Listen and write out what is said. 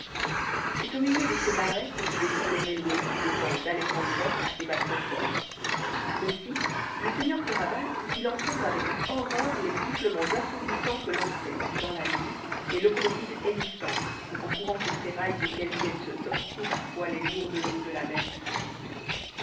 c'est au milieu de ces marais que se dessine le railway qui descend d'alexandroff à sébastopol aussi le seigneur kéraban put-il entendre avec horreur les sifflets assourdissants que lançaient dans la nuit les locomotives hennissantes en courant sur ces rails auxquels viennent se heurter parfois les lourdes eaux de la mer putride